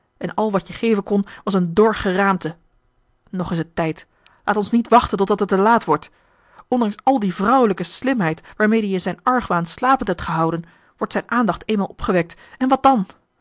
en al wat je geven kon was een dor geraamte nog is het tijd laat ons niet wachten totdat het te laat wordt ondanks al de vrouwelijke slimheid waarmede je zijn argwaan slapend hebt gehouden wordt zijn aandacht eenmaal opgewekt en wat dan